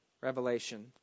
revelation